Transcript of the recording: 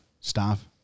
staff